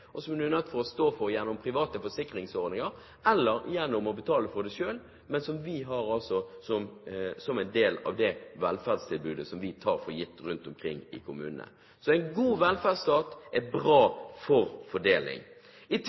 og som man er nødt til å stå for selv gjennom private forsikringsordninger eller gjennom å betale for det. Vi har det altså som en del av det velferdstilbudet vi tar for gitt rundt omkring i kommunene. Så en god velferdsstat er bra for fordeling. I